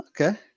Okay